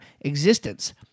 existence